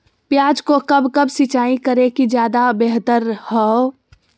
प्याज को कब कब सिंचाई करे कि ज्यादा व्यहतर हहो?